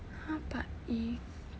!huh! but if